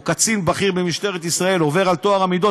או קצין בכיר במשטרת ישראל עובר על טוהר המידות